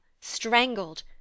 strangled